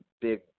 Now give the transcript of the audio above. big